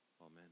amen